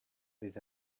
des